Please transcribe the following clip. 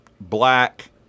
black